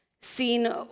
seen